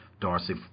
Darcy